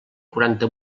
quaranta